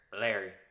Larry